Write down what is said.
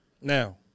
Now